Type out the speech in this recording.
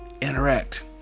interact